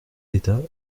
d’état